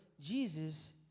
Jesus